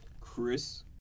Chris